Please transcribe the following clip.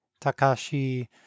Takashi